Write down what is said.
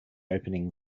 opening